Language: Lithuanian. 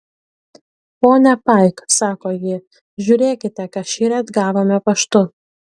ponia paik sako ji žiūrėkite ką šįryt gavome paštu